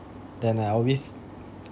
then I always